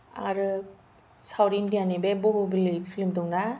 आरो साउथ इण्डियानि बे बाहुबालि फिल्म दंना